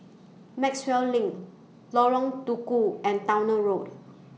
Maxwell LINK Lorong Tukol and Towner Road